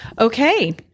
Okay